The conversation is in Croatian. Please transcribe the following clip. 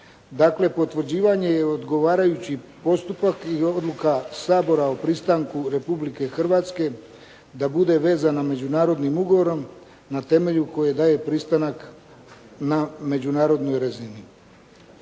Dakle, potvrđivanje je odgovarajući postupak i odluka Sabora o pristanku Republike Hrvatske da bude vezana međunarodnim ugovorom na temelju kojeg daje pristanak na međunarodnoj razini.